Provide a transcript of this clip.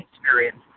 experience